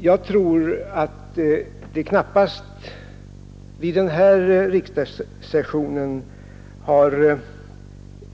Förmodligen har det under innevarande riksdagssession inte